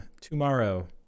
tomorrow